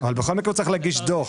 אבל בכל מקרה הוא צריך להגיש דוח,